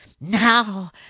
Now